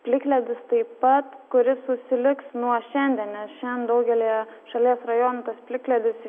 plikledis taip pat kuris užsiliks nuo šiandien nes šian daugelyje šalies rajonų plikledis